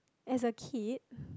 as a kid